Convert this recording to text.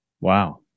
Wow